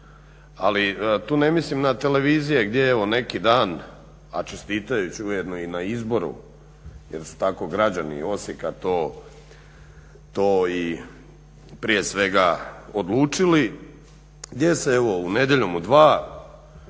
Ali tu ne mislim na televizije gdje je evo neki dan, a čestitajući ujedno i na izboru, jer su tako građani Osijeka to i prije svega odlučili, gdje se evo nedjeljom u 2